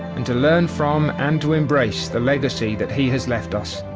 and to learn from, and to embrace, the legacy that he has left us.